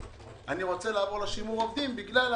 רוצה לעבור לשימור עובדים בגלל המצב,